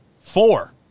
four